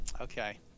Okay